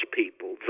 people